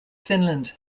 finland